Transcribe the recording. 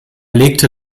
legte